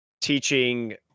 teaching